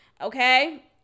Okay